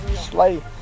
slay